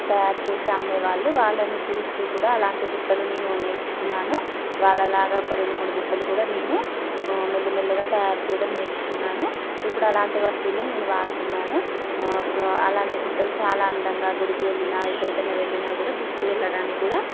తయారు చేసి అమ్మే వాళ్ళు వాళ్ళను చూస్తూ కూడా అలాంటి బుట్టలు నేను నేర్చుకున్నాను వాళ్ళలాగా ఒక రెండు మూడు బుట్టలు కూడా నేను మెల్లమెల్లగా తయారు చేయడం నేర్చుకున్నాను ఇప్పుడు అలాంటి వస్తువులే నేను వాడుతున్నాను అలాంటి బుట్టలు చాలా అందంగా గుడికి వెళ్ళిన ఎక్కడికన్నా వెళ్ళినా కూడా తీసుకెళ్ళడానికి కూడా